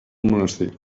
monestir